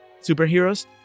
superheroes